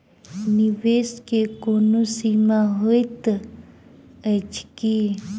निवेश केँ कोनो सीमा होइत छैक की?